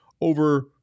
over